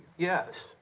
yes,